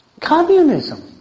Communism